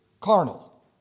carnal